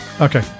Okay